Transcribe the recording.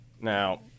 now